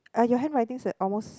uh your handwriting is almost